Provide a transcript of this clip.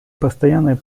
постоянной